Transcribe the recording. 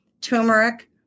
turmeric